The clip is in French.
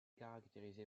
caractérisé